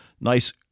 nice